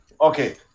okay